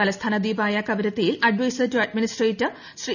തലസ്ഥാന ദ്വീപായ കവറത്തിയിൽ അഡൈസർ ടു അഡ്മിനിസ്ട്രേറ്റർ ശ്രീ